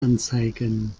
anzeigen